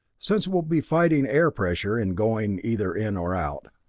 since it will be fighting air pressure in going either in or out.